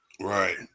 Right